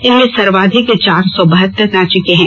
इनमें सर्वाधिक चार सौ बहत्तर रांची के हैं